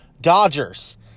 Dodgers